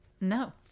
no